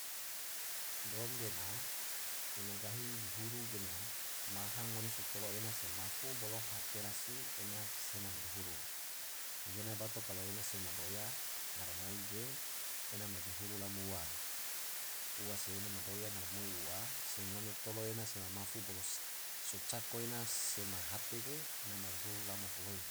Drom gena ena gahi duhuru gena maha ngone so tolo ena se mafu bolo hate rasi ena sema ma duhuru, gena bato kalo ena sema doya ngaramoi ge ena ma duhuru lamo ua, ua se ena madoya ngaramoi ua se ngone tolo ena sama mafu bolo se cako ena sema hate ge ena madihuru lamo foloi.